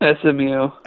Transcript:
SMU